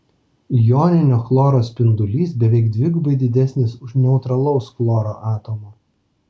joninio chloro spindulys beveik dvigubai didesnis už neutralaus chloro atomo